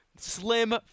slim